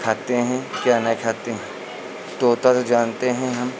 खाते हैं क्या न खाते हैं तो तब जानते हैं हम